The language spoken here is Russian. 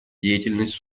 деятельность